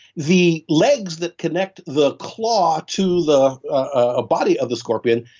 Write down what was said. the legs that connect the claw to the ah body of the scorpion,